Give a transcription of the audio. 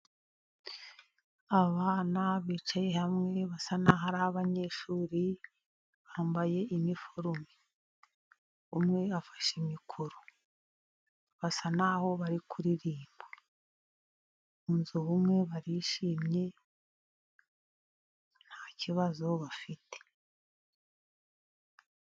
Abana bicaye hamwe basa naho ari abanyeshuri bambaye iniforume umwe afashe mikoro basa naho bari kuririmba muzu ubumwe barishimye nta kibazo bafite.